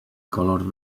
color